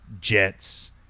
Jets